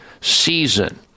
season